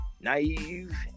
naive